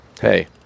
hey